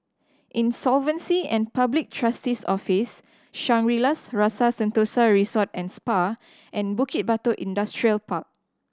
Insolvency and Public Trustee's Office Shangri La's Rasa Sentosa Resort and Spa and Bukit Batok Industrial Park